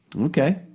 Okay